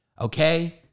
okay